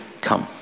come